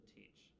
teach